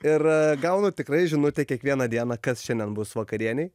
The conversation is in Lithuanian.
ir gaunu tikrai žinutę kiekvieną dieną kas šiandien bus vakarienei